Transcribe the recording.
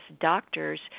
doctors